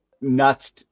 nuts